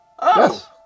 Yes